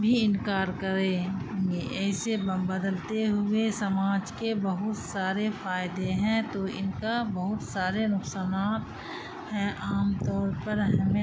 بھی انکار کریں گے ایسے بدلتے ہوئے سماج کے بہت سارے فائدے ہیں تو ان کا بہت سارے نقصانات ہیں عام طور پر ہمیں